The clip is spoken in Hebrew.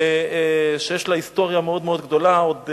שיש לה היסטוריה מאוד-מאוד גדולה, עוד